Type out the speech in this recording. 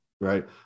right